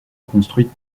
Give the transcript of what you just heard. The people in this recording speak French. construite